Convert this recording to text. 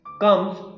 comes